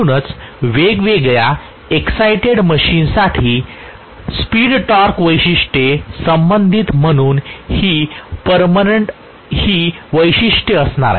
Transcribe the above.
म्हणूनच वेगळ्या एक्सायटेड मशीनसाठी स्पीड टॉर्कची वैशिष्ट्ये संबंधित म्हणून ही वैशिष्ट्ये असणार आहेत